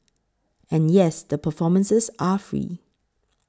and yes the performances are free